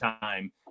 time